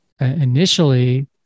initially